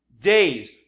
days